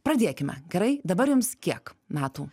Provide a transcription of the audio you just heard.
pradėkime gerai dabar jums kiek metų